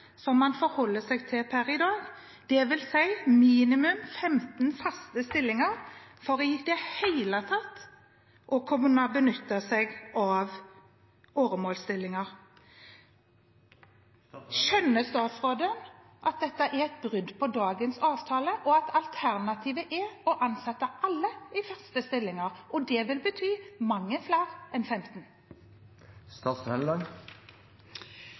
som man forholder seg til per i dag, det vil si minimum 15 faste stillinger for i det hele tatt å kunne benytte seg av åremålsstillinger? Skjønner statsråden at dette er et brudd på dagens avtale, og at alternativet er å ansette alle i faste stillinger? Det vil bety mange flere enn 15.